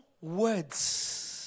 words